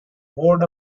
board